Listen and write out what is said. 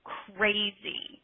crazy